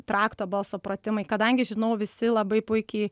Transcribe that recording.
trakto balso pratimai kadangi žinau visi labai puikiai